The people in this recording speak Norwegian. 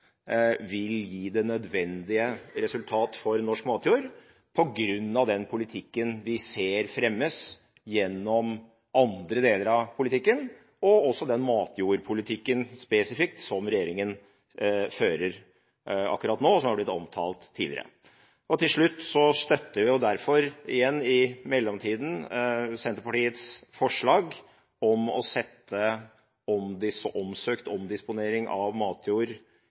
vil gi det nødvendige resultat for norsk matjord – på grunn av den politikken vi ser fremmes gjennom andre deler av politikken, og også den matjordpolitikken spesifikt som regjeringen fører akkurat nå, og som er blitt omtalt tidligere. Vi støtter derfor i mellomtiden Senterpartiets forslag om å sette omsøkt omdisponering av matjord